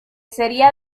sería